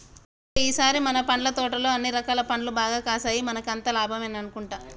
ఇగో ఈ సారి మన పండ్ల తోటలో అన్ని రకాల పండ్లు బాగా కాసాయి మనకి అంతా లాభమే అనుకుంటా